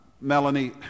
Melanie